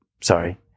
Sorry